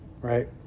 right